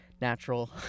natural